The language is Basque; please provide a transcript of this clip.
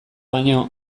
baino